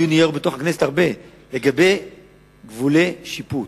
על גבולות שיפוט.